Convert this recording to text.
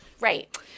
Right